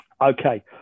okay